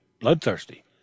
bloodthirsty